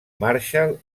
marshall